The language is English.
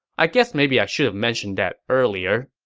i guess maybe i should've mentioned that earlier.